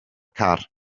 car